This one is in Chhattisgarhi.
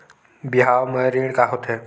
बिहाव म ऋण का होथे?